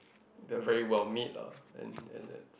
that are very well made lah and and that's